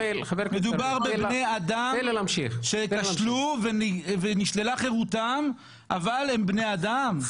מדובר בבני אדם שכשלו ונשללה חירותם אבל הם בני אדם,